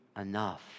enough